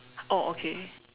oh okay